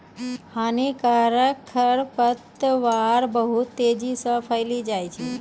हानिकारक खरपतवार बहुत तेजी से फैली जाय छै